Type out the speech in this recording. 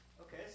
Okay